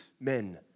men